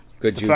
Good